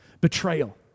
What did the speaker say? Betrayal